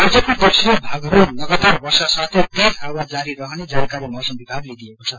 राज्यको दक्षिणी थागहरूमा लगातार वष्प साौँ तेज हावा जारी रहने जानकारी मौसम विभालगेदिएको छ